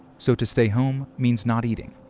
so to stay home means not eating.